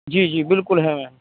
جی جی بالکل ہے